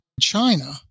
China